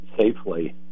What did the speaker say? safely